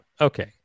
Okay